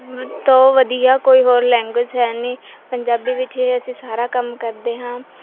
ਤੋਂ ਵਧੀਆ ਕੋਈ ਹੋਰ ਲੈਂਗੁਏਜ ਹੈ ਨਹੀਂ ਪੰਜਾਬੀ ਵਿੱਚ ਹੀ ਅਸੀਂ ਸਾਰਾ ਕੰਮ ਕਰਦੇ ਹਾਂ